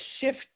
shift